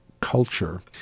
culture